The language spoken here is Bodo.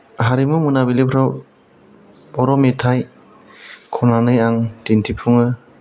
हारिमु मोनाबिलिफ्राव बर' मेथाइ खननानै आं दिन्थिफुङो